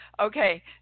Okay